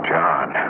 John